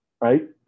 Right